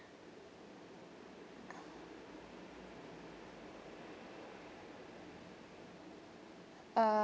ah